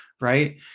right